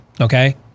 okay